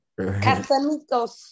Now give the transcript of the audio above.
Casamigos